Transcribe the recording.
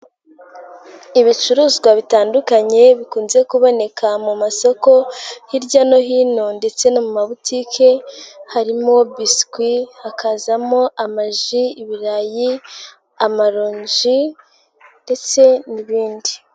Ibicuruzwa bitandukanye bikunze kuboneka mu masoko hirya no hino ndetse no mu mabotike harimo biswi, hakazamo amaji, ibirayi, amaronji ndetse n'ibindi.